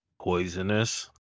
poisonous